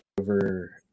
over